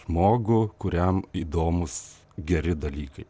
žmogų kuriam įdomūs geri dalykai